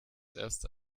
erst